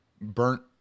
burnt